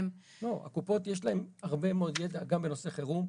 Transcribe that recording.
לא, הקופות יש להם הרבה מאוד ידע גם בנושא חירום.